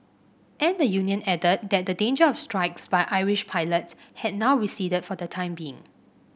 and the union added that the danger of strikes by Irish pilots had now receded for the time being